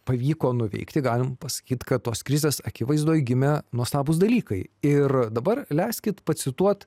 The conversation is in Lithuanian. pavyko nuveikti galima pasakyti kad tos krizės akivaizdoj gimė nuostabūs dalykai ir dabar leiskit pacituot